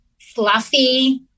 fluffy